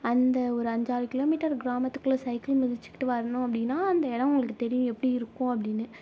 அந்த ஒரு அஞ்சாறு கிலோமீட்டர் கிராமத்துக்குள்ளே சைக்கிள் மிதித்துக்கிட்டு வரணும் அப்படினா அந்த எடம் உங்களுக்கு தெரியும் எப்படி இருக்கும் அப்படினு